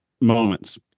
moments